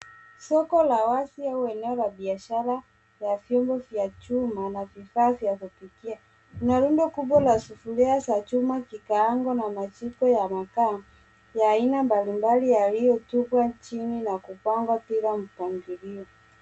Soko la wazi au eneo la biashara la vyungu vya chuma, na vifaa vya kupikia. Kuna rundo kubwa la sufuria za chuma, kikaango, na majiko ya makaa, ya aina mbalimbali yaliyotupwa chini na kupangwa bila mpangilio.